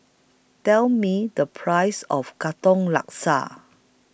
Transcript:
Tell Me The Price of Katong Laksa